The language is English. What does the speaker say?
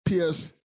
PS